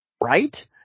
Right